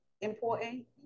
important